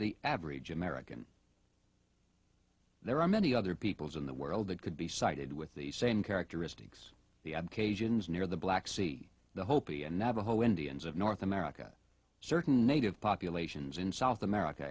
the average american there are many other peoples in the world that could be cited with the same characteristics the abc asians near the black sea the hopi and navajo indians of north america certain native populations in south america